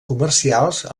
comercials